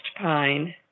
pine